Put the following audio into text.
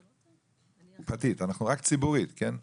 נסיעה פרטית, אנחנו רק ציבורית, כן?